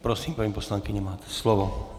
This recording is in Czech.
Prosím, paní poslankyně, máte slovo.